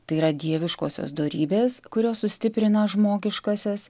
tai yra dieviškosios dorybės kurios sustiprina žmogiškasias